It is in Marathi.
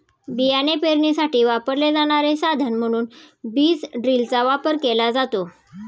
बियाणे पेरणीसाठी वापरले जाणारे साधन म्हणून बीज ड्रिलचा वापर केला जातो